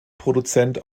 produzent